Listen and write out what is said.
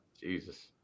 Jesus